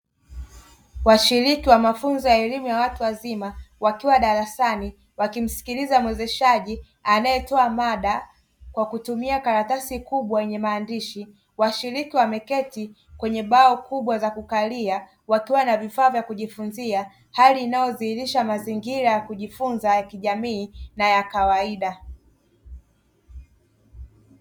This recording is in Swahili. Washiriki wa mafunzo ya elimu ya watu wazima wakiwa darasani wakimsikiliza mwezeshaji anayetoa mada kwa kutumia karatasi kubwa yenye maandishi, washiriki wameketi kwenye bao kubwa za kukalia wakiwa na vifaa vya kujifunzia, hali inayodhirisha mazingira ya kujifunza ya kijamii na ya kawaida.